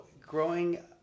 growing